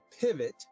pivot